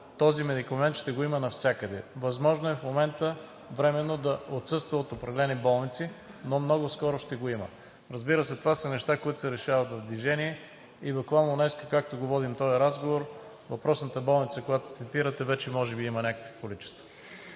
този медикамент ще го има навсякъде, възможно е в момента временно да отсъства от определени болници, но много скоро ще го има. Разбира се, това са неща, които се решават в движение и буквално днес, както го водим този разговор, въпросната болница, която цитирате, вече може би има някакви количества.